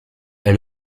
est